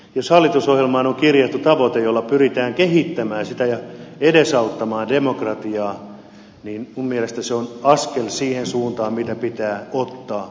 jos hallitusohjelmaan on kirjattu tavoite jolla pyritään kehittämään sitä vaalilakia ja edesauttamaan demokratiaa niin minun mielestäni se on askel siihen suuntaan minne se pitää ottaa